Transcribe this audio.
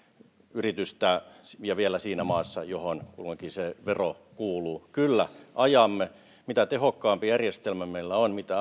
yritystä ja vielä siinä maassa johon kulloinkin se vero kuuluu kyllä ajamme mitä tehokkaampi järjestelmä meillä on mitä